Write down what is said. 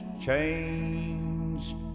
changed